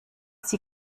sie